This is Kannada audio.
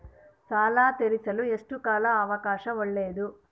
ಸಾಲ ತೇರಿಸಲು ಎಷ್ಟು ಕಾಲ ಅವಕಾಶ ಒಳ್ಳೆಯದು?